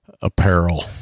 Apparel